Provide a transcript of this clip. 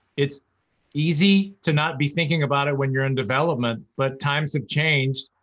it's easy to not be thinking about it when you're in development, but times have changed,